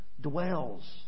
dwells